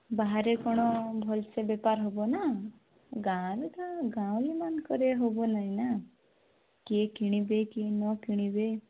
ବାହାରେ କ'ଣ ଭଲସେ ବେପାର ହେବ ନା ଗାଁରେ ତ ଗାଉଁଲିମାନଙ୍କରେ ହେବ ନାଇଁ ନା କିଏ କିଣିବେ କିଏ ନକିଣିବେ